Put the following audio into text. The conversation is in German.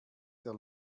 der